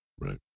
right